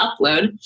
upload